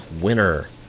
winner